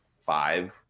five